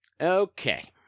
Okay